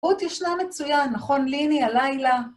רות ישנה מצוין, נכון, ליני, הלילה.